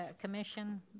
Commission